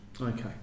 Okay